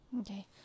Okay